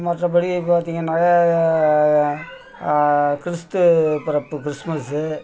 மற்றபடி பார்த்தீங்கன்னா கிறிஸ்து பிறப்பு கிறிஸ்மஸு